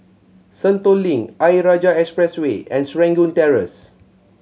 Sentul Link Ayer Rajah Expressway and Serangoon Terrace